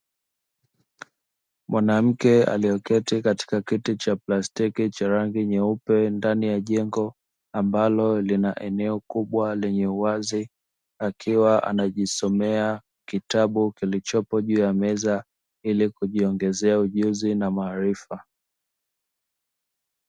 Mwanamke aliyeketi katika kiti cha plastiki cha rangi nyeupe ndani ya jengo ambalo lina eneo kubwa lenye uwazi akiwa anajisomea kitabu kilichopo juu ya meza ili kujiongezea ujuzi na maarifa.